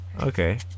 okay